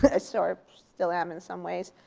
but sort of still am in some ways.